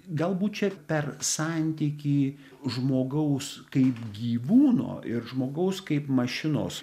galbūt čia per santykį žmogaus kaip gyvūno ir žmogaus kaip mašinos